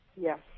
Yes